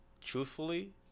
truthfully